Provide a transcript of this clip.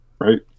right